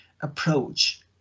approach